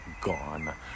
gone